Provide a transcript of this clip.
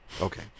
Okay